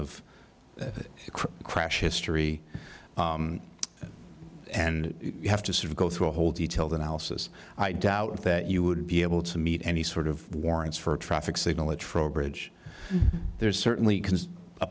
that crash history and you have to sort of go through a whole detailed analysis i doubt that you would be able to meet any sort of warrants for a traffic signal a trowbridge there's certainly a